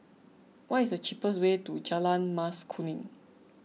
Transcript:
what is the cheapest way to Jalan Mas Kuning